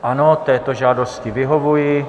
Ano, této žádosti vyhovuji.